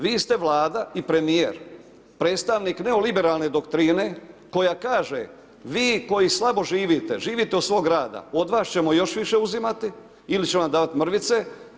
Vi ste Vlada i premijer, predstavnik neoliberalne doktirne koja kaže, vi koji slabo živite, živite od svog rada, od vas ćemo još više uzimati ili ćemo vam davati mrvice.